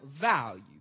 value